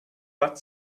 but